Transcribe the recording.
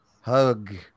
hug